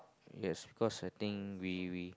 yes because I think we we